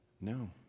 No